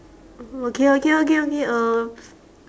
mmhmm okay okay okay okay um